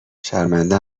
شرمنده